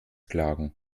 klagen